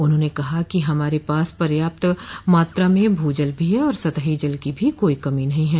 उन्होंने कहा कि हमारे पास पर्याप्त मात्रा में भू जल भी है और सतही जल की भी कोइ कमी नहीं है